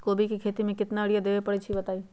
कोबी के खेती मे केतना यूरिया देबे परईछी बताई?